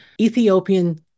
Ethiopian